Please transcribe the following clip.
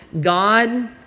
God